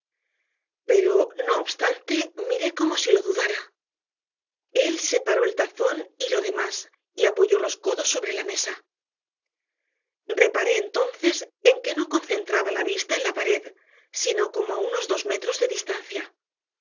pero no obstante miré como si lo dudara él separó el tazón y lo demás y apoyó los codos sobre la mesa reparé entonces en que no concentraba la vista en la pared sino como a unos dos metros de distancia